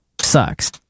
sucks